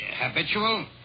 habitual